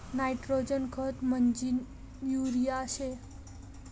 nitrogen खत म्हंजी urea शे